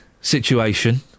situation